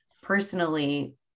personally